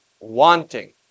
wanting